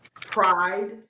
pride